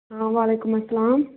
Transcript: اۭں وعلیکُم السلام